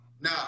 No